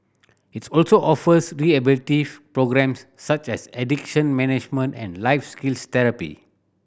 its also offers rehabilitative programmes such as addiction management and life skills therapy